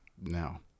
Now